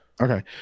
Okay